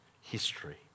history